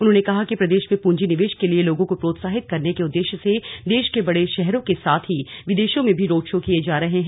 उन्होंने कहा कि प्रदेश में पूंजी निवेश के लिये लोगों को प्रोत्साहित करने के उद्देश्य से देश के बडे शहरों के साथ ही विदेशों मे भी रोड शो किये जा रहे हैं